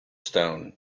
stone